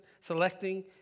selecting